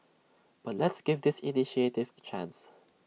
but let's give this initiative chance